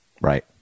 Right